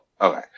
Okay